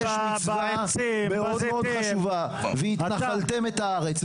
יש מצווה מאוד מאוד חשובה: "וְהִתְנַחַלְתֶּם אֶת הָאָרֶץ".